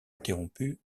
interrompu